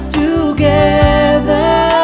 together